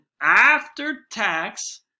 after-tax